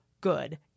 good